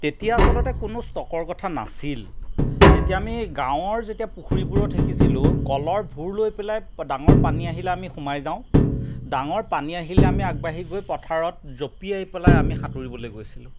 তেতিয়া আচলতে কোনো ষ্টকৰ কথা নাছিল তেতিয়া আমি যেতিয়া গাঁৱৰ যেতিয়া পুখুৰীবোৰত শিকিছিলোঁ কলৰ ভূৰ লৈ পেলাই ডাঙৰ পানী আহিলে আমি সোমাই যাওঁ ডাঙৰ পানী আহিলে আমি আগবাঢ়ি গৈ পথাৰত জপিয়াই পেলাই আমি সাঁতুৰিবলৈ গৈছিলোঁ